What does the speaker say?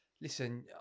listen